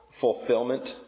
fulfillment